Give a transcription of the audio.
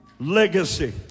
legacy